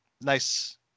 nice